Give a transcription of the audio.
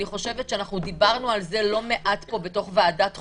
אנחנו דיברנו על זה לא מעט פה בוועדת חוקה,